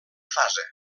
fase